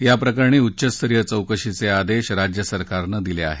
या प्रकरणी उच्चस्तरीय चौकशीचे आदेश राज्यसरकारनं दिले आहेत